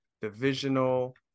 divisional